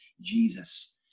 jesus